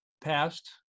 past